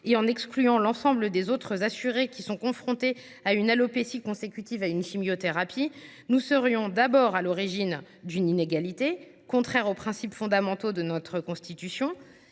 et en excluant l’ensemble des autres assurés confrontés à une alopécie consécutive à une chimiothérapie, non seulement nous serions à l’origine d’une inégalité contraire aux principes fondamentaux de notre Constitution,